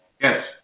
Yes